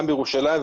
גם בירושלים,